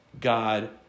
God